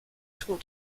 school